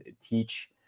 teach